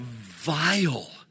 vile